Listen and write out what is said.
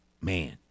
Man